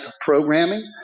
programming